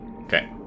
Okay